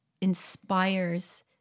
inspires